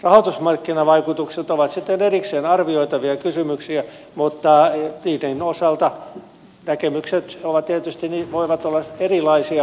rahoitusmarkkinavaikutukset ovat sitten erikseen arvioitavia kysymyksiä mutta niiden osalta näkemykset tietysti voivat olla erilaisia